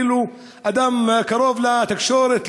כאילו אדם קרוב לתקשורת,